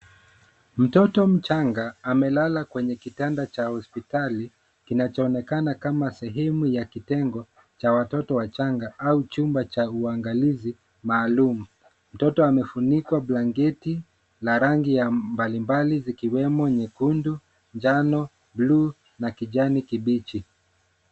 Mtoto mchanga amelala kwenye kitanda cha hospitali, kinachoonekana kama sehemu ya kitengo cha watoto wachanga au chumba cha uangalizi maalum. Mtoto amefunikwa blanketi la rangi ya mbalimbali zikiwemo nyekundu, njano, bluu na kijani kibichi.